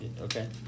Okay